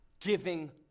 giving